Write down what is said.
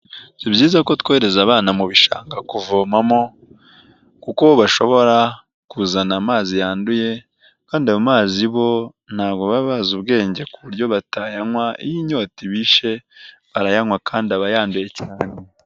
Si byiza ko twohereza abana mu bishanga kuvomamo kuko bo bashobora kuzana amazi yanduye kandi ayo mazi bo ntabwo baba bazi ubwenge ku buryo batanywa iyo inyota ibishe barayanywa kandi aba yanduye cyane.